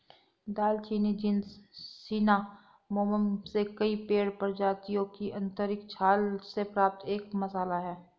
दालचीनी genus Cinnamomum से कई पेड़ प्रजातियों की आंतरिक छाल से प्राप्त एक मसाला है